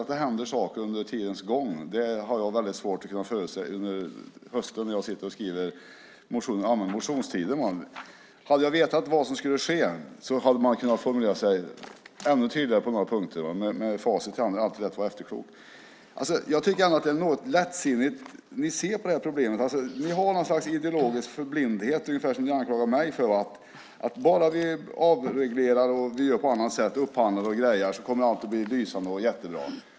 Att det sedan skulle hända saker under tidens gång hade jag väldigt svårt att förutse när jag skrev motioner under den allmänna motionstiden. Hade jag vetat vad som skulle ske hade jag kunnat formulera mig ännu tydligare på några punkter. Med facit i hand är det alltid lätt att vara efterklok. Jag tycker att ni ser något lättsinnigt på det här problemet. Ni har något slags ideologisk blindhet, ungefär som ni brukar anklagar mig för. Ni tycker att om vi bara avreglerar, upphandlar och grejar kommer allt att bli lysande och jättebra.